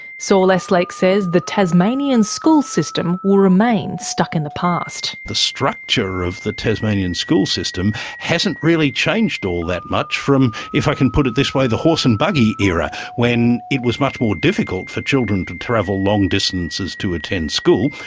saul eslake says the tasmanian school system will remain stuck in the past. the structure of the tasmanian school system hasn't really changed all that much from, if i can put it this way, the horse and buggy era, when it was much more difficult for children to travel long distances to attend school,